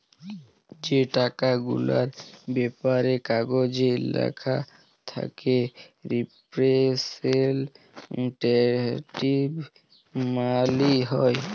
যে টাকা গুলার ব্যাপারে কাগজে ল্যাখা থ্যাকে রিপ্রেসেলট্যাটিভ মালি হ্যয়